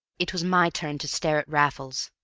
it was my turn to stare at raffles.